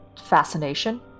fascination